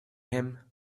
him